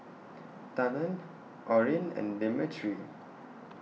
Talan Orrin and Demetri